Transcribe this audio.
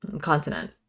continent